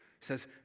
says